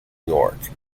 york